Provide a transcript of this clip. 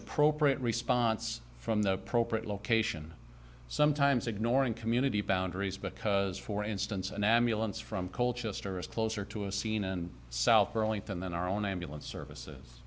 appropriate response from the appropriate location sometimes ignoring community boundaries because for instance an ambulance from coal chester is closer to a scene and south burlington than our own ambulance